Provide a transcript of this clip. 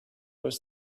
was